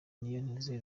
niyonteze